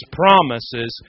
promises